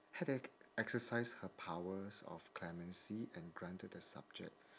had e~ exercise her powers of clemency and granted the subject